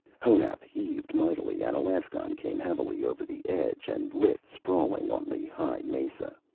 honath heaved mightily and alaskon came heavily over the edge and lit sprawling on the high mesa.